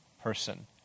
person